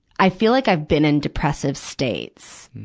i feel like i've been in depressive states.